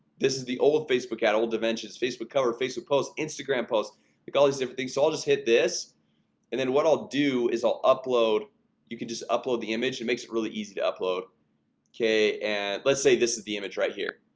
this is the old facebook a total dimensions facebook cover facebook post instagram post the college different things so i'll just hit this and then what i'll do is. i'll upload you can just upload the image it makes it really easy to upload okay, and let's say this is the image right here.